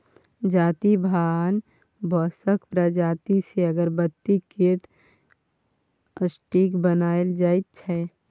जाति भान बाँसक प्रजाति सँ अगरबत्ती केर स्टिक बनाएल जाइ छै